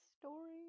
story